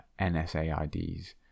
NSAIDs